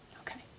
Okay